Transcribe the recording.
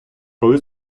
коли